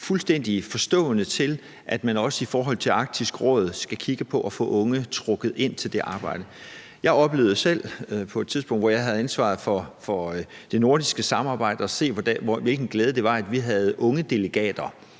fuldstændig forstående til, at man også i forhold til Arktisk Råd skal kigge på at få unge trukket ind i det arbejde. Jeg oplevede selv på et tidspunkt, hvor jeg havde ansvaret for det nordiske samarbejde, at se, hvilken glæde det var, at vi havde unge delegater